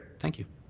thank you.